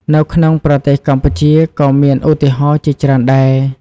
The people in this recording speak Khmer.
នៅក្នុងប្រទេសកម្ពុជាក៏មានឧទាហរណ៍ជាច្រើនដែរ។